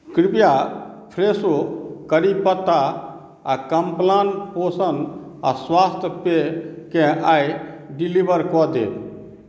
कृप्या फ़्रेशो करी पत्ता आ कम्प्लान पोषण आ स्वास्थ्य पेयकेँ आइ डिलीवर कऽ देब